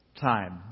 time